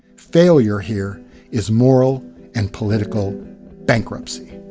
failure here is moral and political bankruptcy.